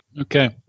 Okay